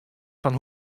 fan